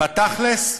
בתכ'לס,